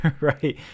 right